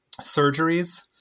surgeries